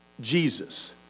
Jesus